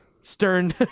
stern